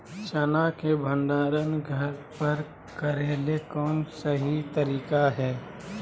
चना के भंडारण घर पर करेले कौन सही तरीका है?